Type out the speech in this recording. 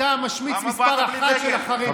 אתה המשמיץ מס' אחת של החרדים,